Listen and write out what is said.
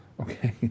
Okay